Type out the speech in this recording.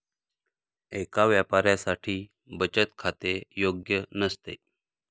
एका व्यापाऱ्यासाठी बचत खाते योग्य नसते